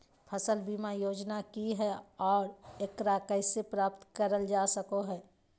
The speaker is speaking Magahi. फसल बीमा योजना की हय आ एकरा कैसे प्राप्त करल जा सकों हय?